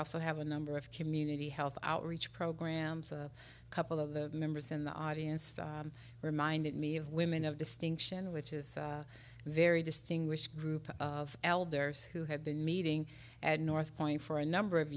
also have a number of community health outreach programs a couple of the members in the audience that reminded me of women of distinction which is a very distinguished group of elders who had been meeting at north point for a number of